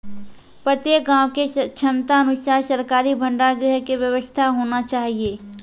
प्रत्येक गाँव के क्षमता अनुसार सरकारी भंडार गृह के व्यवस्था होना चाहिए?